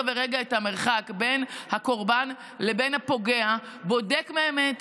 ורגע את המרחק בין הקורבן לבין הפוגע,